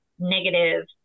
negative